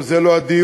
אבל זה לא הדיון.